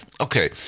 Okay